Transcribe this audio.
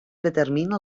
determina